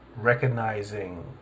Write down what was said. recognizing